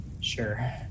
sure